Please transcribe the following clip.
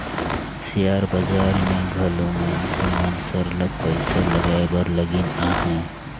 share बजार में घलो मइनसे मन सरलग पइसा लगाए बर लगिन अहें